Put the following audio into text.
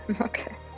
okay